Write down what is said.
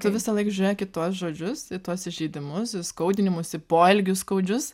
tu visąlaik žiūrėk į tuos žodžius į tuos įžeidimus įskaudinimus į poelgius skaudžius